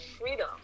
freedom